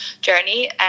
journey